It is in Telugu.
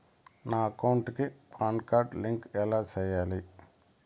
నా అకౌంట్ కి పాన్ కార్డు లింకు ఎలా సేయాలి